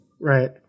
Right